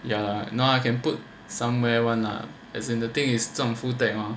ya no lah I can put somewhere [one] lah as in the thing is 这种 full tech hor